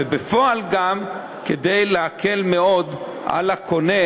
ובפועל גם כדי להקל מאוד על הקונה,